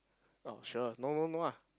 orh sure no no no ah